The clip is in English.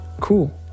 Cool